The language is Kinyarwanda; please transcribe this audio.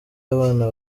abana